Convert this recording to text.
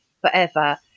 forever